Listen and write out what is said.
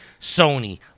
Sony